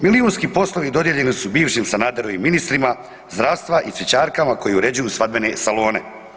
Milijunski poslovi dodijeljeni su bivšim Sanaderovim ministrima zdravstva i cvjećarkama koje uređuju svadbene salone.